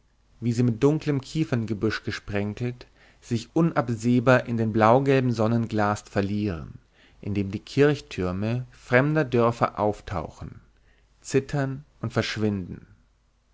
wie sie mit dunklem kieferngebüsch gesprenkelt sich unabsehbar in den blaugelben sonnenglast verlieren in dem die kirchtürme ferner dörfer auftauchen zittern und verschwinden